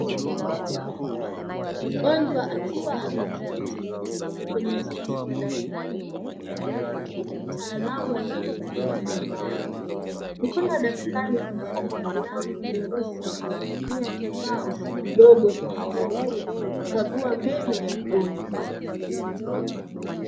Mgonjwa akiwa ameketi kwenye kiti cha daktari wa meno. Huku mtaalamu akimchunguza mdomo wake. Mkono wa daktari umevalia glavu nyeusi na anatumia kifaa kidogo cha meno kukagua meno ya mgonjwa.